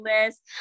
list